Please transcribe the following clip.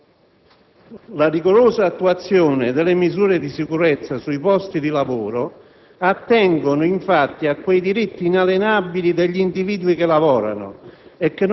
In verità, a tal proposito è emersa la maggiore ragione di contrasto, anche nella discussione in Aula e nell'intervento sugli emendamenti.